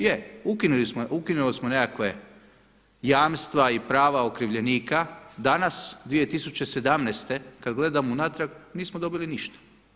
Je, ukinuli smo nekakva jamstva i prava okrivljenika, danas 2017. kada gledam unatrag nismo dobili ništa.